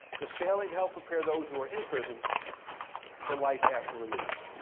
does failing to help prepare those who are in prison for life after release.